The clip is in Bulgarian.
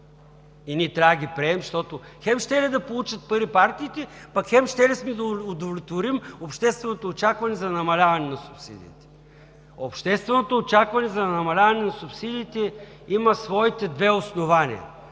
и ние трябва да ги приемем, защото хем щели да получат пари партии, пък хем щели сме да удовлетворим общественото очакване за намаляване на субсидиите? Общественото очакване за намаляване на субсидиите има своите две основания.